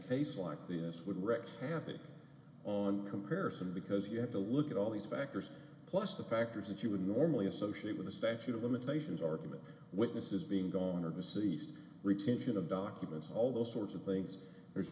case like this would wreck havoc on comparison because you have to look at all these factors plus the factors that you would normally associate with the statute of limitations argument witnesses being gone or the city's retention of documents all those sorts of things if there's